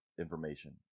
information